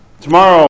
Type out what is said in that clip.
Tomorrow